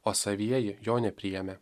o savieji jo nepriėmė